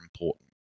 important